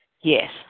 Yes